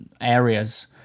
areas